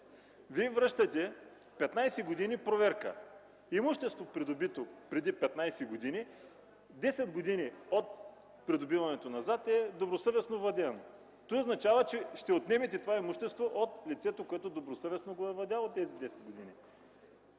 Вие връщате 15 години проверка. Имущество, придобито преди 15 години, 10 години от придобиването назад е добросъвестно владяно. Това означава, че ще отнемете това имущество от лицето, което добросъвестно го е владяло тези 10 години.